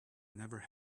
never